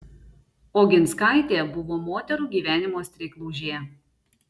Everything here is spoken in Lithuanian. oginskaitė buvo moterų gyvenimo streiklaužė